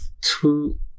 two